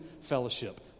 fellowship